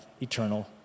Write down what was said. eternal